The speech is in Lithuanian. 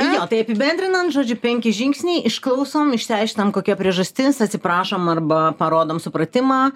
jo tai apibendrinant žodžiu penki žingsniai išklausom išsiaiškinam kokia priežastis atsiprašom arba parodom supratimą